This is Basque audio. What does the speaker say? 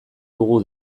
dugu